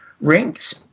rinks